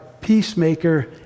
peacemaker